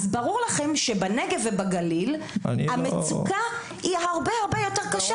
אז ברור לכם שהמצוקה בנגב ובגליל היא הרבה הרבה יותר קשה.